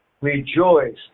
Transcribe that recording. Rejoice